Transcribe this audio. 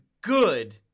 good